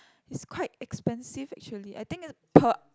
it's quite expensive actually I think it's per